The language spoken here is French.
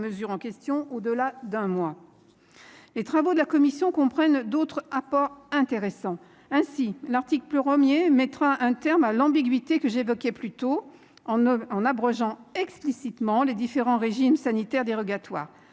Les travaux de la commission comprennent d'autres apports intéressants. Ainsi, le premier article du texte qu'elle a élaboré mettra un terme à l'ambiguïté que j'évoquais plus tôt en abrogeant explicitement les différents régimes sanitaires dérogatoires.